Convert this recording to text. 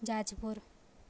Jajpur